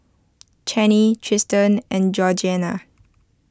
Chaney Triston and Georgeanna